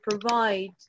provide